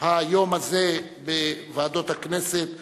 היום הזה בוועדות הכנסת ובמליאה,